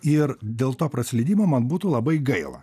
ir dėl to praslydimo man būtų labai gaila